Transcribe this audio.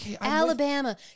Alabama